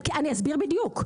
אני אסביר בדיוק,